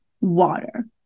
water